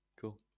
cool